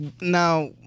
now